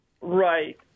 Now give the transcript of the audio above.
Right